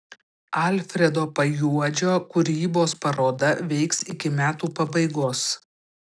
alfredo pajuodžio kūrybos paroda veiks iki metų pabaigos